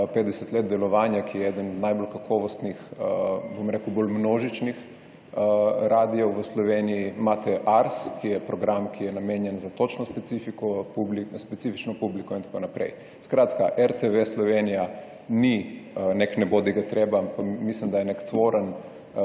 50 let delovanja, ki je eden najbolj kakovostnih, bom rekel, bolj množičnih radijev v Sloveniji. Imate ARS, ki je program, ki je namenjen za točno specifično publiko, in tako naprej. Skratka, RTV Slovenija ni nek nebodigatreba. Mislim, da je nek tvoren